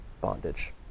bondage